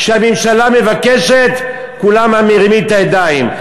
כשהממשלה מבקשת כולם מרימים את הידיים.